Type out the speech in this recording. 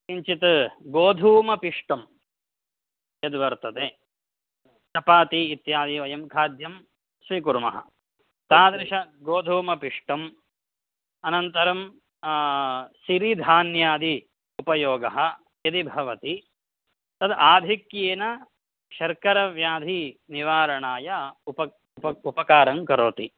किञ्चित् गोधूमपिष्टं यद् वर्तते चपाति इत्यादि वयं खाद्यं स्वीकुर्मः तादृशगोधूमपिष्टम् अनन्तरं सिरिधान्यादि उपयोगः यदि भवति तद् आधिक्येन शर्करव्याधिनिवारणाय उप उप उपकारं करोति